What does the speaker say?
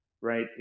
right